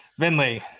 Vinley